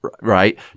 right